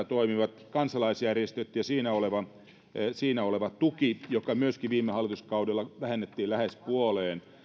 toimivat kansalaisjärjestöt ja siinä olevan tuen joka myöskin viime hallituskaudella vähennettiin lähes puoleen